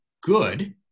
good